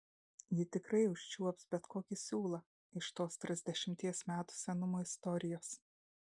ji tikrai užčiuops bet kokį siūlą iš tos trisdešimties metų senumo istorijos